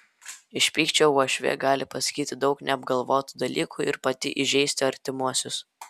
iš pykčio uošvė gali pasakyti daug neapgalvotų dalykų ir pati įžeisti artimuosius